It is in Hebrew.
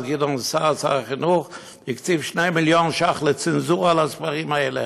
שר החינוך אז גדעון סער הקציב 2 מיליון שקל לצנזורה על הספרים האלה.